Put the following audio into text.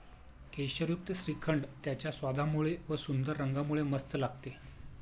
केशरयुक्त श्रीखंड त्याच्या स्वादामुळे व व सुंदर रंगामुळे मस्त लागते